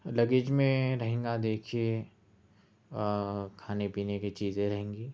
luggage میں رہیں گا دیکھئے کھانے پینے کی چیزیں رہیں گی